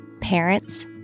parents